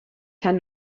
tan